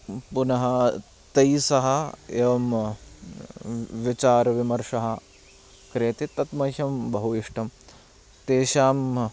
पुनः तैस्सह एवं विचारविमर्शः क्रियते तत् मह्यं बहु इष्टं तेषां